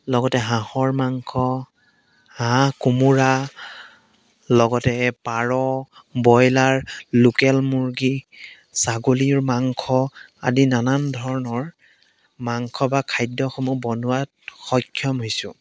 লগতে হাঁহৰ মাংস হাঁহ কোমোৰা লগতে পাৰ ব্ৰইলাৰ লোকেল মুৰ্গী ছাগলীৰ মাংস আদি নানান ধৰণৰ মাংস বা খাদ্যসমূহ বনোৱাত সক্ষম হৈছোঁ